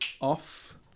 off